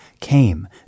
came